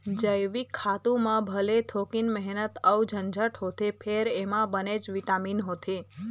जइविक खातू म भले थोकिन मेहनत अउ झंझट होथे फेर एमा बनेच बिटामिन होथे